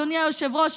אדוני היושב-ראש,